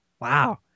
Wow